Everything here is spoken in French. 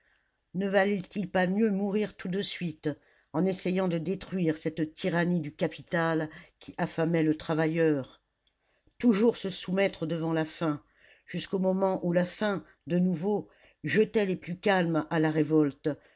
ne valait-il pas mieux mourir tout de suite en essayant de détruire cette tyrannie du capital qui affamait le travailleur toujours se soumettre devant la faim jusqu'au moment où la faim de nouveau jetait les plus calmes à la révolte